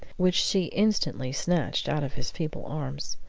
which she instantly snatched out of his feeble arms.